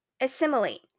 Assimilate